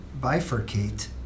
bifurcate